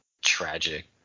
tragic